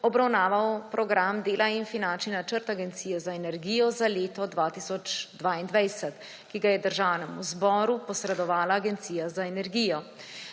obravnaval program dela in finančni načrt Agencije za energijo za leto 2022, ki ga je Državnemu zboru posredovala Agencija za energijo.